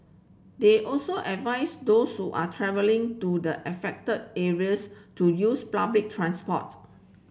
they also advised those so are travelling to the affected areas to use public transport